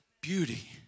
beauty